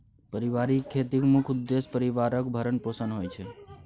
परिबारिक खेतीक मुख्य उद्देश्य परिबारक भरण पोषण होइ छै